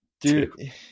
dude